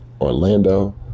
Orlando